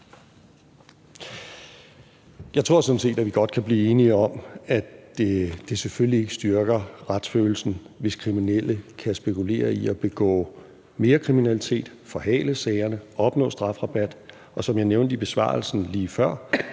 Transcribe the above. set, at vi godt kan blive enige om, at det selvfølgelige ikke styrker retsfølelsen, hvis kriminelle kan spekulere i at begå mere kriminalitet, forhale sagerne, opnå strafrabat. Og som jeg nævnte i besvarelsen lige før,